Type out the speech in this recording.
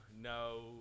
no